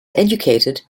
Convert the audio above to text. educated